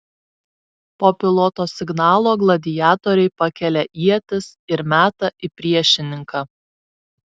po piloto signalo gladiatoriai pakelia ietis ir meta į priešininką